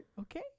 Okay